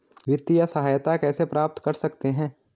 वित्तिय सहायता कैसे प्राप्त कर सकते हैं?